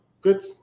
good